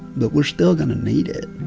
but we're still going to need it